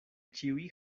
ĉiuj